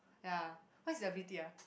ya what his ability ah